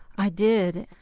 i did.